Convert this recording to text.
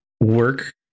work